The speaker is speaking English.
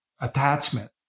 attachment